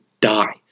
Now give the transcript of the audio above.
die